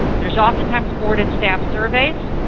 um there's oftentimes board and staff surveys.